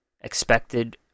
expected